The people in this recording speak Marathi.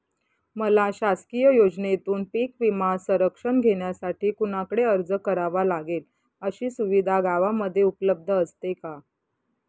मला शासकीय योजनेतून पीक विमा संरक्षण घेण्यासाठी कुणाकडे अर्ज करावा लागेल? अशी सुविधा गावामध्ये उपलब्ध असते का?